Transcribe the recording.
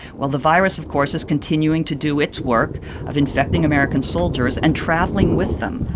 well, the virus, of course, is continuing to do its work of infecting american soldiers and traveling with them,